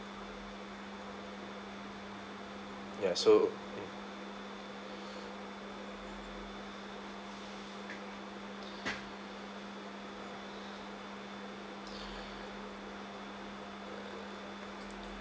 ya so